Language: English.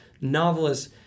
novelists